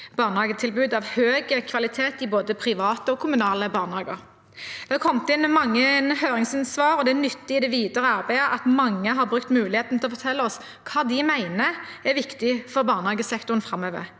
barnehagetilbud av høy kvalitet i både private og kommunale barnehager. Det er kommet inn mange høringssvar, og det er nyttig i det videre arbeidet at mange har brukt muligheten til å fortelle oss hva de mener er viktig for barnehagesektoren framover.